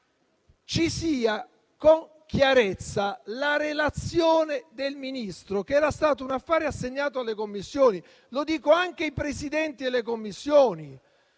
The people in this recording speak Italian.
ci sia con chiarezza la relazione del Ministro, che era stato un affare assegnato alle Commissioni. Lo dico anche ai Presidenti delle Commissioni: